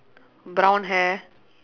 brown hair